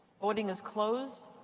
voting is closed.